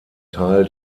teil